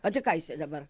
o tai ką jisai dabar